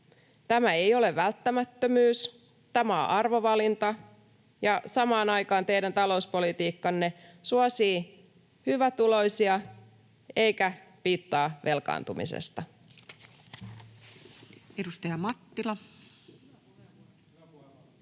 Tämä ei ole välttämättömyys. Tämä on arvovalinta, ja samaan aikaan teidän talouspolitiikkanne suosii hyvätuloisia eikä piittaa velkaantumisesta. [Speech